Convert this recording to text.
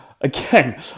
again